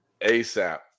ASAP